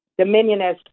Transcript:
dominionist